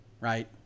right